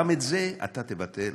גם את זה אתה תבטל,